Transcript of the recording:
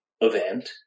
event